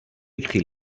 écrit